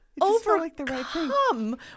overcome